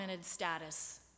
status